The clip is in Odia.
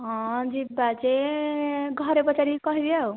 ହଁ ଯିବା ଯେ ଘରେ ପଚାରିକି କହିବି ଆଉ